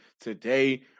today